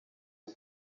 amb